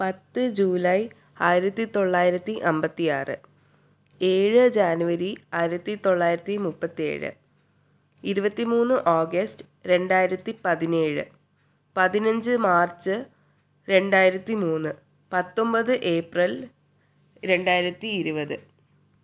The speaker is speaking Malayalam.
പത്ത് ജൂലൈ ആയിരത്തി തൊള്ളായിരത്തി അമ്പത്തി ആറ് ഏഴ് ജാനുവരി ആയിരത്തി തൊള്ളായിരത്തി മുപ്പത്തി ഏഴ് ഇരുപത്തി മൂന്ന് ഓഗസ്റ്റ് രണ്ടായിരത്തി പതിനേഴ് പതിനഞ്ച് മാർച്ച് രണ്ടായിരത്തി മൂന്ന് പത്തൊമ്പത് ഏപ്രിൽ രണ്ടായിരത്തി ഇരുപത്